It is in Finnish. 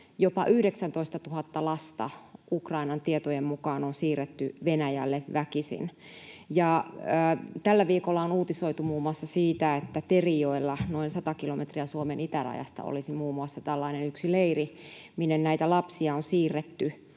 jopa 19 000 lasta Ukrainan tietojen mukaan on siirretty Venäjälle väkisin. Tällä viikolla on uutisoitu muun muassa siitä, että Terijoella, noin 100 kilometriä Suomen itärajasta, olisi muun muassa tällainen yksi leiri, minne näitä lapsia on siirretty.